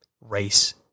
Race